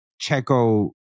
Checo